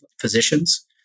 physicians